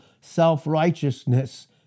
self-righteousness